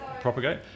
propagate